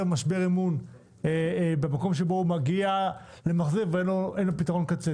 משבר אמון במקום שאדם מגיע למחזר ואין לו פתרון קצה.